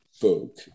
book